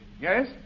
Yes